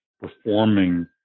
performing